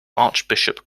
archbishop